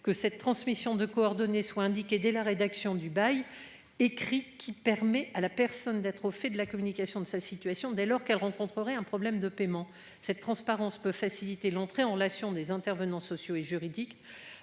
que cette transmission de coordonner soit indiqué dès la rédaction du bail écrit qui permet à la personne d'être au fait de la communication de sa situation dès lors qu'elle rencontrerait un problème de paiement cette transparence peut faciliter l'entrée en relation des intervenants sociaux et juridiques